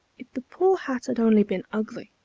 if the poor hat had only been ugly,